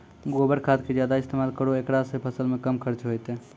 गोबर खाद के ज्यादा इस्तेमाल करौ ऐकरा से फसल मे कम खर्च होईतै?